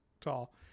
tall